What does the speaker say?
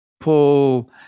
Paul